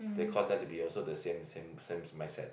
they cause them to be also the same same same mindset